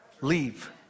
Leave